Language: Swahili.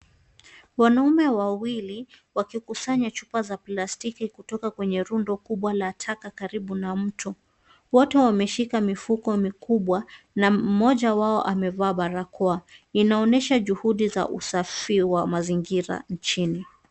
Wanaume wawili wakikusanya chupa za plastiki kutoka kwenye rundo kubwa la taka karibu na mto . Wote wameshika mifuko mikubwa na mmoja wao amevaa barokoa inaonyesha juhudi za usafi wa mazingira nchini.